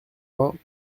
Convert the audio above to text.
vingt